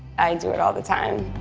i do it all the time.